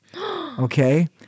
Okay